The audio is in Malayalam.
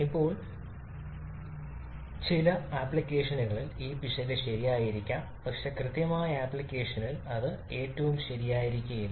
ഇപ്പോൾ ചില ആപ്ലിക്കേഷനുകളിൽ ഈ പിശക് ശരിയായിരിക്കാം പക്ഷേ കൃത്യമായ ആപ്ലിക്കേഷനിൽ അത് ഏറ്റവും ശരിയായിരിക്കില്ല